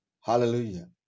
Hallelujah